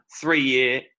Three-year